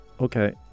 okay